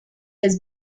has